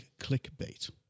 clickbait